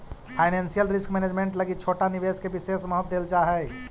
financial risk management लगी छोटा निवेश के विशेष महत्व देल जा हई